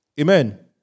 Amen